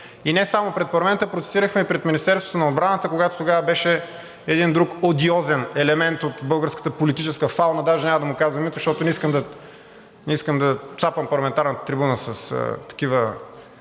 И не само пред парламента, протестирахме и пред Министерството на отбраната, когато тогава беше един друг одиозен елемент от българската политическа фауна, даже няма да му казвам името, защото (председателят дава сигнал, че